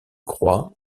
croix